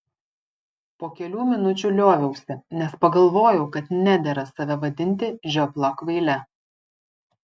po kelių minučių lioviausi nes pagalvojau kad nedera save vadinti žiopla kvaile